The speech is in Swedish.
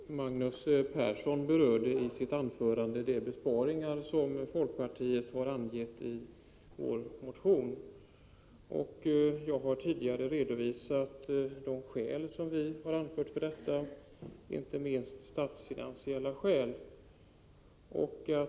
Herr talman! Magnus Persson berörde i sitt anförande de besparingar som vi i folkpartiet har angett i vår motion. Jag har tidigare redovisat de skäl som vi har anfört, inte minst statsfinansiella skäl.